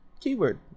keyword